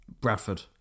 Bradford